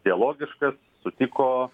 dialogiškas sutiko